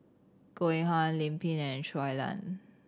Goh Eng Han Lim Pin and Shui Lan